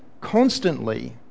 constantly